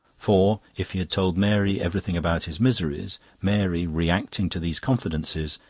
for if he had told mary everything about his miseries, mary, reacting to these confidences,